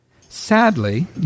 Sadly